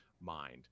mind